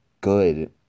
good